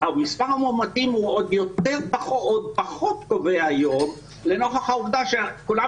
מספר המאומתים הוא עוד פחות קובע היום לנוכח העובדה שכולם